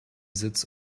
sits